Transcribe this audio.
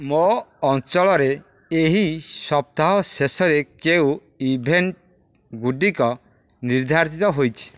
ମୋ ଅଞ୍ଚଳରେ ଏହି ସପ୍ତାହ ଶେଷରେ କେଉଁ ଇଭେଣ୍ଟ୍ ଗୁଡ଼ିକ ନିର୍ଦ୍ଧାରିତ ହୋଇଛି